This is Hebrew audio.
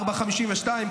16:52,